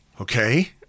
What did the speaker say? okay